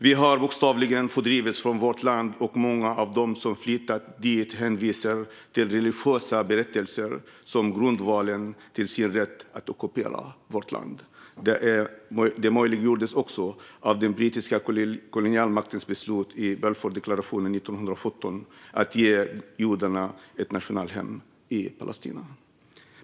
Vi har bokstavligen fördrivits från vårt land, och många av dem som flyttat dit hänvisar till religiösa berättelser som grundval för sin rätt att ockupera vårt land. Det möjliggjordes också av den brittiska kolonialmaktens beslut i Balfourdeklarationen 1917 att ge judarna ett nationellt hem i Palestina.